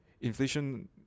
Inflation